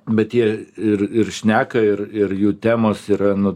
bet jie ir ir šneka ir ir jų temos yra